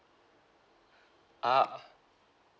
a'ah